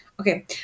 Okay